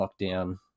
lockdown